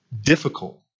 difficult